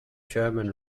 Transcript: german